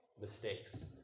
mistakes